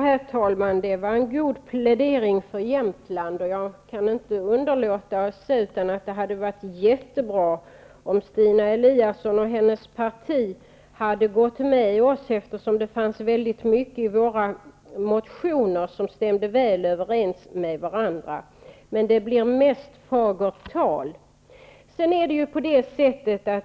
Herr talman! Det var en god plädering för Jämtland. Jag kan inte underlåta att säga att det hade varit jättebra om Stina Eliasson och hennes parti hade gått med oss, eftersom det fanns mycket i våra motioner som stämde väl överens med varandra. Men det blir mest fagert tal.